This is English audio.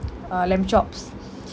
uh lamb chops